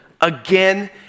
again